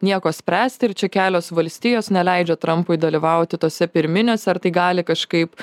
nieko spręsti ir čia kelios valstijos neleidžia trampui dalyvauti tuose pirminiuose ar tai gali kažkaip